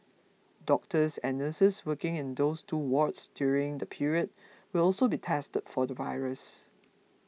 doctors and nurses working in those two wards during the period will also be tested for the virus